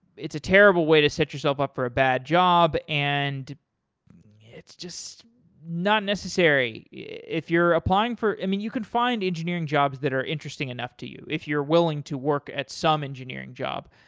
it's a terrible way to set yourself up for a bad job and it's just not necessary. if you're applying for you can find engineering jobs that are interesting enough to you if you're willing to work at sound engineering job.